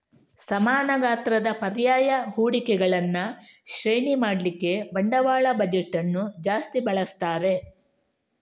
ಸಮಾನ ಗಾತ್ರದ ಪರ್ಯಾಯ ಹೂಡಿಕೆಗಳನ್ನ ಶ್ರೇಣಿ ಮಾಡ್ಲಿಕ್ಕೆ ಬಂಡವಾಳ ಬಜೆಟ್ ಅನ್ನು ಜಾಸ್ತಿ ಬಳಸ್ತಾರೆ